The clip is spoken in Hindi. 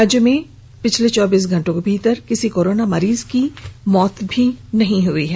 राज्य में चौबीस घंटे के भीतर किसी कोरोना मरीज की मौत नहीं हुई है